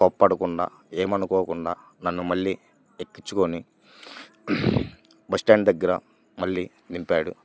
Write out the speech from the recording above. కోప్పడకుండా ఏమనుకోకుండా నన్ను మళ్ళీ ఎక్కించుకొని బస్ స్టాండ్ దగ్గర మళ్ళీ దింపాాడు